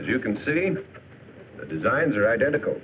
as you can see the designs are identical